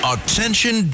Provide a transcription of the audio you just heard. Attention